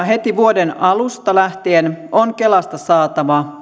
heti vuoden alusta lähtien on kelasta saatava